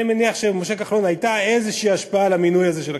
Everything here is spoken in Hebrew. אני מניח שלמשה כחלון הייתה איזו השפעה על המינוי הזה של הכנסת.